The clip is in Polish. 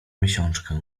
miesiączkę